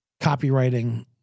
copywriting